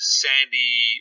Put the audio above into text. sandy